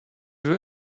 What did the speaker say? veut